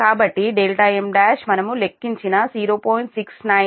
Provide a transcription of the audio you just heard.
కాబట్టి m1 మనము లెక్కించిన 0